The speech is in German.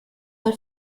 mal